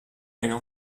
elle